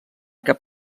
cap